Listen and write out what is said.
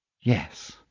Yes